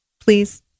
please